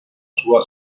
sua